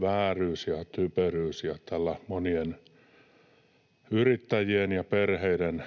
vääryys ja typeryys. Tällä monien yrittäjien ja perheiden